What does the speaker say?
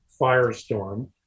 firestorm